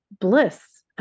bliss